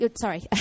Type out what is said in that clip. sorry